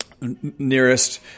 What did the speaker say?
nearest